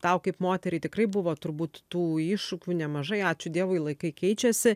tau kaip moteriai tikrai buvo turbūt tų iššūkių nemažai ačiū dievui laikai keičiasi